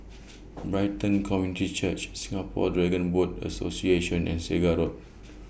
Brighton Community Church Singapore Dragon Boat Association and Segar Road